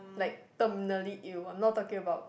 like terminally you are not talking about